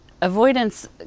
avoidance